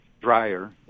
drier